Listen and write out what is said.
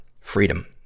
freedom